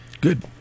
Good